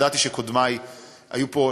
ידעתי שקודמי פה,